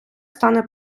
стане